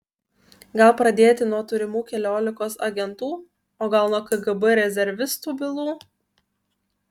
gal pradėti nuo turimų keliolikos agentų o gal nuo kgb rezervistų bylų